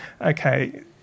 okay